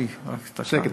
סליחה,